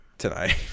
tonight